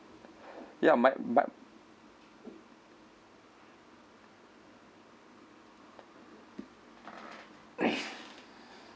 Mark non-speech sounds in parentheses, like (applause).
ya my my (noise)